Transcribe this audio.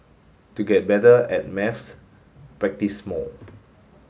to get better at maths practise more